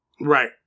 Right